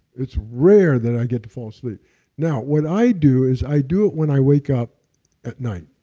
it's rare that i get to fall asleep now, what i do is i do it when i wake up at night.